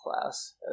class